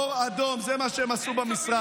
אור אדום, זה מה שהם עשו במשרד.